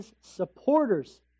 supporters